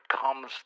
comes